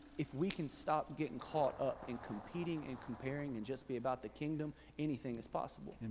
if we can stop getting caught up in competing and comparing and just be about the kingdom, anything is possible.